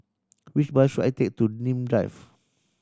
which bus should I take to Nim Drive